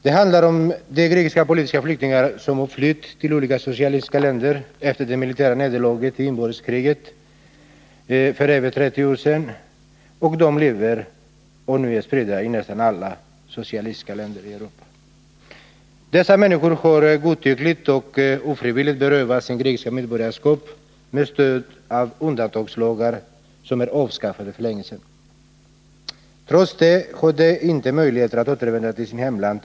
Det handlar om de grekiska politiska flyktingar som flydde till olika socialistiska länder efter det militära nederlaget i inbördeskriget för över 30 år sedan. De är nu spridda över nästan alla socialistiska länder i Europa. Dessa människor har godtyckligt och ofrivilligt berövats sitt grekiska medborgarskap med stöd av undantagslagar som är avskaffade för länge sedan. Trots detta har de inte möjligheter att återvända till sitt hemland.